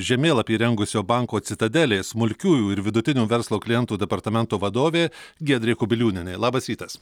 žemėlapį rengusio banko citadelė smulkiųjų ir vidutinių verslo klientų departamento vadovė giedrė kubiliūnienė labas rytas